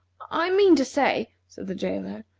i mean to say, said the jailer,